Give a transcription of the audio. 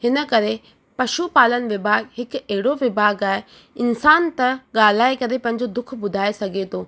हिन करे पशु पालन विभाग हिकु अहिड़ो विभाग आहे इंसान त ॻाल्हाए करे पंहिंजो दुखु ॿुधाए सघे थो